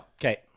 Okay